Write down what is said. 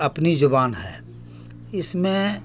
اپنی زبان ہے اس میں